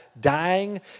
dying